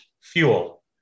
fuel